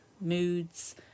moods